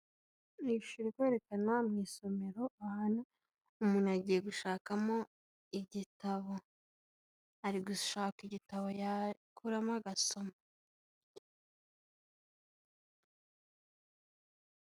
Iyi shusho irikwerekana ahantu mu isomero ahantu umuntu agiye gushakamo igitabo, ari gushaka igitabo yakuramo agasoma.